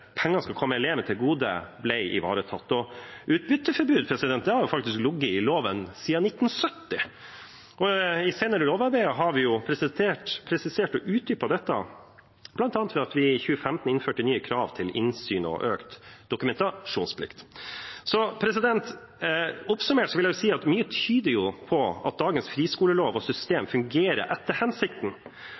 skal komme elevene til gode – ble ivaretatt. Utbytteforbud har faktisk ligget i loven siden 1970. I senere lovarbeider har vi presisert og utdypet dette, bl.a. ved at vi i 2015 innførte nye krav til innsyn og økt dokumentasjonsplikt. Oppsummert vil jeg si at mye tyder på at dagens friskolelov og system fungerer etter hensikten.